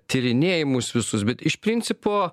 tyrinėjimus visus bet iš principo